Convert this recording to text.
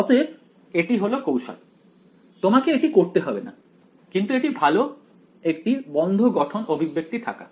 অতএব এটি হলো কৌশল তোমাকে এটি করতে হবে না কিন্তু এটি ভালো একটি বন্ধ গঠন অভিব্যক্তি থাকা